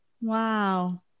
Wow